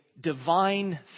divine